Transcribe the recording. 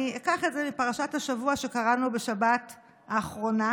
אני אקח את זה מפרשת השבוע שקראנו בשבת האחרונה.